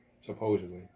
supposedly